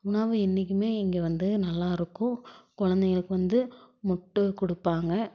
உணவு என்றைக்குமே இங்கே வந்து நல்லாயிருக்கும் குழந்தைங்களுக்கு வந்து முட்டை கொடுப்பாங்க